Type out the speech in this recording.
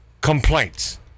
complaints